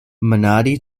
minardi